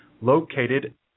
located